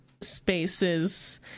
spaces